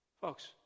Folks